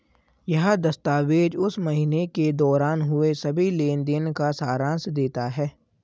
यह दस्तावेज़ उस महीने के दौरान हुए सभी लेन देन का सारांश देता है